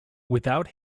without